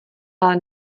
ale